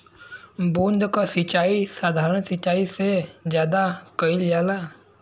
बूंद क सिचाई साधारण सिचाई से ज्यादा कईल जाला